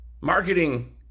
Marketing